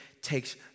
takes